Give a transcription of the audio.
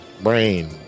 Brain